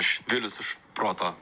aš vilius iš proto